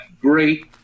great